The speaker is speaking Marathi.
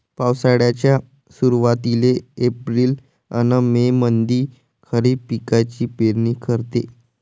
पावसाळ्याच्या सुरुवातीले एप्रिल अन मे मंधी खरीप पिकाची पेरनी करते